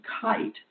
Kite